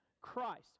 Christ